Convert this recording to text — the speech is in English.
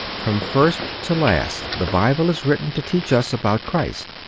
from first to last the bible is written to teach us about christ.